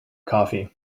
coffee